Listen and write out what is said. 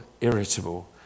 irritable